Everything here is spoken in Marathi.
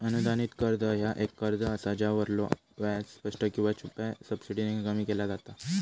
अनुदानित कर्ज ह्या एक कर्ज असा ज्यावरलो व्याज स्पष्ट किंवा छुप्या सबसिडीने कमी केला जाता